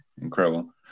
incredible